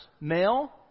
male